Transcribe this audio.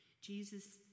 Jesus